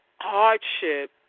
hardship